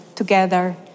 Together